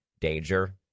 danger